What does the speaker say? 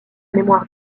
mémoire